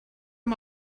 amb